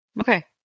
Okay